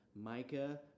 Micah